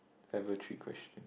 level three question